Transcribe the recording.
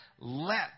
Let